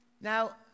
Now